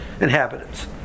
inhabitants